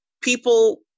people